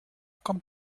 kommt